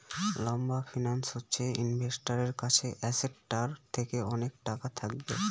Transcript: লম্বা ফিন্যান্স হচ্ছে ইনভেস্টারের কাছে অ্যাসেটটার থেকে অনেক টাকা থাকবে